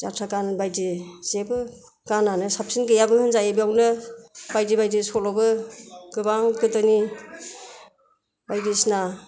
जाथ्रा गान बादि जेबो गानानो साबसिन गैयाबो होनजायो बेयावनो बायदि बायदि सल'बो गोबां गोदोनि बायदिसिना